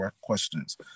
questions